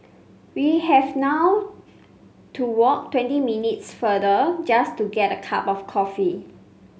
we have now to walk twenty minutes farther just to get a cup of coffee